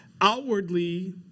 outwardly